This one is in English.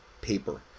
paper